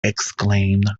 exclaimed